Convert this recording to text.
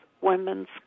women's